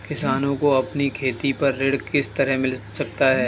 किसानों को अपनी खेती पर ऋण किस तरह मिल सकता है?